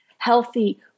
healthy